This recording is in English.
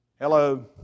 hello